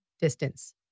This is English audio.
distance